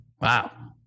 Wow